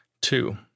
Two